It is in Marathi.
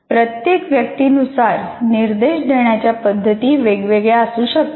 प्रत्येक व्यक्तीनुसार निर्देश देण्याच्या पद्धती वेगवेगळ्या असू शकतात